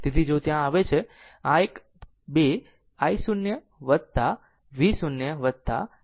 તેથી જો ત્યાં આવે તો આ એક 2 i0 v0 6 0